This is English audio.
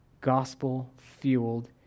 gospel-fueled